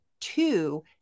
two